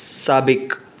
साबिक़ु